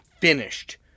finished